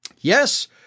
yes